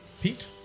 Pete